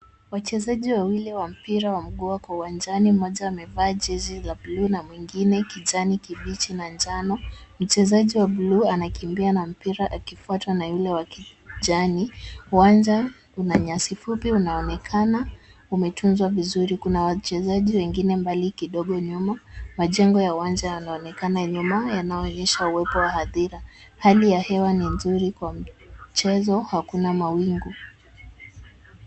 Wachezaji wawili wa mpira wa mguu wako uwanjani. Mmoja amevaa jezi ya bluu na mwingine kijani kibichi na njano. Mchezaji wa bluu anakimbia na mpira akifuatwa na yule wa kijani. Uwanja una nyasi fupi unaonekana umetunzwa vizuri. Kuna wachezaji wengine mbali kidogo nyuma. Majengo ya uwanja yanaonekana nyuma, yanayoonyesha uwepo wa hadhira. Hali ya hewa ni nzuri kwa mchezo, hakuna mawingu.